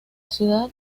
ciudad